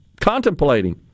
contemplating